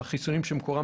החיסונים שמקורם